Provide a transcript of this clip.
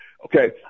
Okay